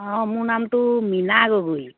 অঁ মোৰ নামটো মীনা গগৈ